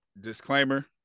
disclaimer